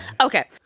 Okay